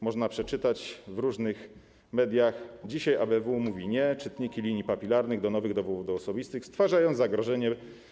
Można przeczytać w różnych mediach, że dzisiaj ABW mówi: nie, czytniki linii papilarnych do nowych dowodów osobistych stwarzają zagrożenie.